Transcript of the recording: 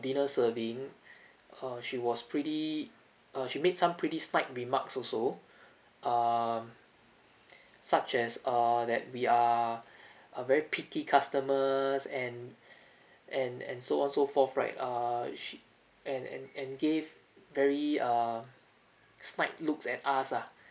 dinner serving uh she was pretty uh she made some pretty snide remarks also um such as err that we are uh very picky customers and and and so on so forth right err she and and and gave very err snide looks at us lah